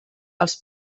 els